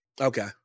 Okay